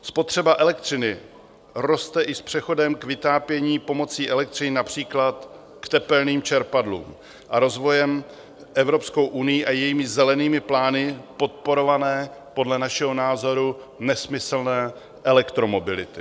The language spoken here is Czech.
Spotřeba elektřiny roste i s přechodem k vytápění pomocí elektřiny, například k tepelným čerpadlům, a rozvojem Evropskou unií a její zelenými plány podporované podle našeho názoru nesmyslné elektromobility.